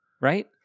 right